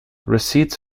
receipts